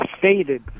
faded